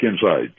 inside